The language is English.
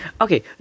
Okay